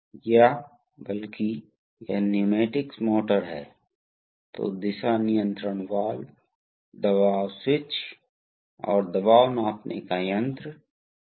यह हाइड्रोलिक्स है इसलिए यदि आप स्पूल पर एक बल या स्ट्रोक बनाते हैं तो आपको एक समान प्रवाह या दबाव मिलेगा और उस प्रवाह या दबाव को लागू किया जा सकता है